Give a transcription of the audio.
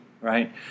right